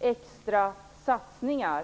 extra satsningar.